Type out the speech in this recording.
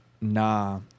nah